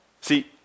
See